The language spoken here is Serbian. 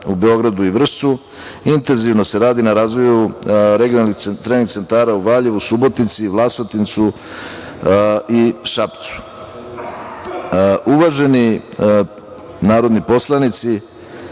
u Beogradu i Vršcu, intenzivno se radi na razvoju regionalnih trening centara u Valjevu, Subotici, Vlasotincu i Šapcu. Uvaženi narodni poslanici,